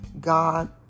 God